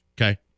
Okay